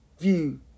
view